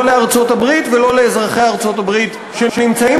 לא לארצות-הברית ולא לאזרחי ארצות-הברית שנמצאים